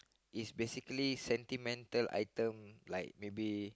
is basically sentimental item like maybe